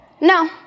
No